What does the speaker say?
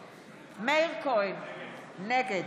נוכח,